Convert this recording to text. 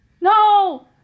No